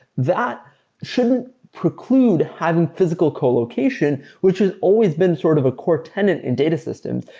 that shouldn't preclude having physical colocation, which is always been sort of a core tenant in data systems,